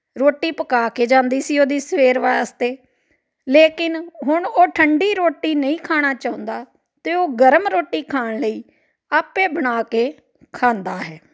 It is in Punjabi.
ਰੋਟੀ ਪਕਾ ਕੇ ਜਾਂਦੀ ਸੀ ਉਹਦੀ ਸਵੇਰ ਵਾਸਤੇ ਲੇਕਿਨ ਹੁਣ ਉਹ ਠੰਡੀ ਰੋਟੀ ਨਹੀਂ ਖਾਣਾ ਚਾਹੁੰਦਾ ਅਤੇ ਉਹ ਗਰਮ ਰੋਟੀ ਖਾਣ ਲਈ ਆਪੇ ਬਣਾ ਕੇ ਖਾਂਦਾ ਹੈ